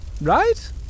Right